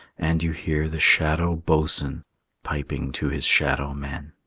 and you hear the shadow boatswain piping to his shadow men.